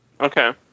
Okay